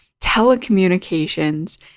telecommunications